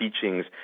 teachings